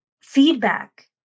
Feedback